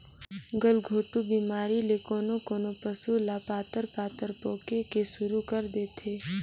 गलघोंटू बेमारी ले कोनों कोनों पसु ह पतार पतार पोके के सुरु कर देथे